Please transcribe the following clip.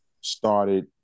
started